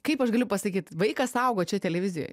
kaip aš galiu pasakyt vaikas augo čia televizijoj